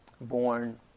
Born